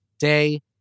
day